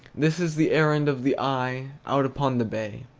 this is the errand of the eye out upon the bay.